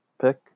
pick